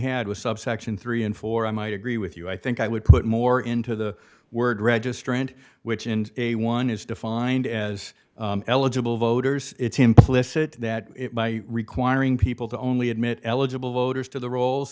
had was subsection three and four i might agree with you i think i would put more into the word registrant which in a one is defined as eligible voters it's implicit that by requiring people to only admit eligible voters to the rolls